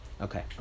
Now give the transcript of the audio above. Okay